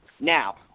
Now –